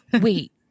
wait